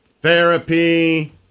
therapy